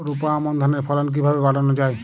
রোপা আমন ধানের ফলন কিভাবে বাড়ানো যায়?